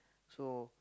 so